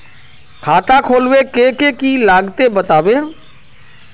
खाता खोलवे के की की लगते बतावे?